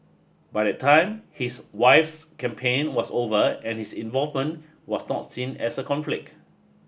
by that time his wife's campaign was over and his involvement was not seen as a conflict